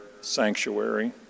sanctuary